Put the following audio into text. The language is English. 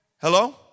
Hello